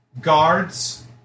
Guards